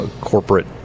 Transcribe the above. corporate